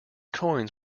coins